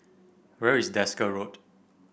where is Desker Road